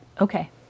Okay